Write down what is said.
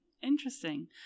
Interesting